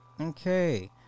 Okay